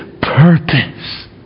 purpose